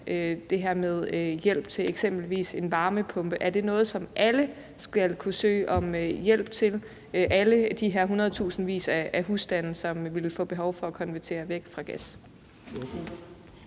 det her med hjælp til eksempelvis en varmepumpe. Er det noget, som alle de her hundredtusindvis af husstande, som vil få behov for at konvertere væk fra gas,